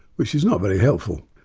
which is not very helpful.